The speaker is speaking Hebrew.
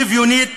שוויונית,